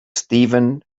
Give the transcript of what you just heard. steven